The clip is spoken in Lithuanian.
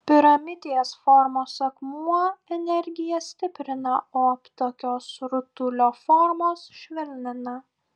piramidės formos akmuo energiją stiprina o aptakios rutulio formos švelnina